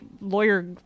lawyer